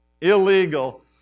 illegal